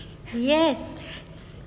yes